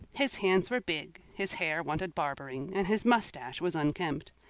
his hands were big, his hair wanted barbering, and his moustache was unkempt.